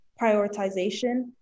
prioritization